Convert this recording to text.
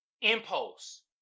Impulse